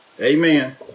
Amen